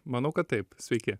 manau kad taip sveiki